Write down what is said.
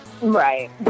Right